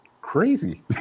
Crazy